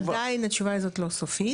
עדיין התשובה היא לא סופית.